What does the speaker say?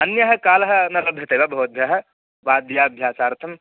अन्यः कालः न लभ्यते वा भवद्भ्यः वाद्याभ्यासार्थं